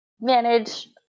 manage